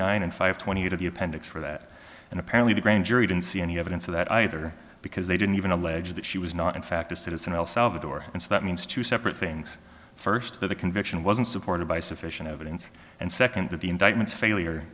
nine and five twenty eight of the appendix for that and apparently the grand jury didn't see any evidence of that either because they didn't even allege that she was not in fact a citizen el salvador and so that means two separate things first that the conviction wasn't supported by sufficient evidence and second that the indictments failure